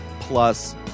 Plus